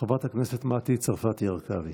חברת הכנסת מטי צרפתי הרכבי.